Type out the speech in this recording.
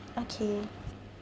okay